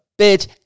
bitch